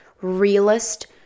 realist